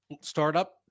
startup